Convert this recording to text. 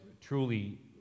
truly